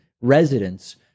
residents